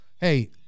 Hey